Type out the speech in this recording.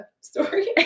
story